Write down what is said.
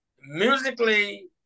musically